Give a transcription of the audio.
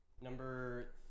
Number